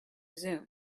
zoom